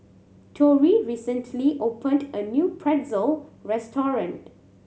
Tori recently opened a new Pretzel restaurant